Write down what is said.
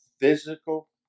physical